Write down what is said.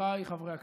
חבריי חברי הכנסת,